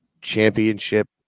championship